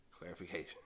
Clarification